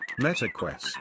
MetaQuest